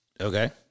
Okay